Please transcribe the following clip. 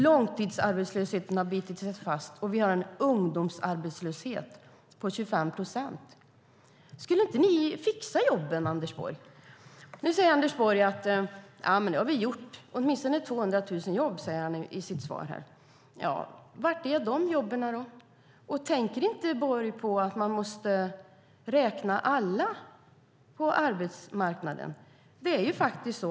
Långtidsarbetslösheten har bitit sig fast. Vi har en ungdomsarbetslöshet på 25 procent. Skulle inte ni fixa jobben, Anders Borg? Nu säger Anders Borg: Ja, men det har vi gjort. Det är åtminstone 200 000 jobb, säger han i sitt svar. Var är de jobben? Tänker inte Borg på att man måste räkna alla på arbetsmarknaden?